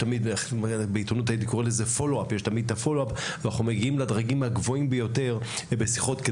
אנחנו מגיעים לדרגים הגבוהים ביותר בשיחות,